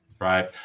Right